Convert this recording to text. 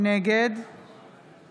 נגד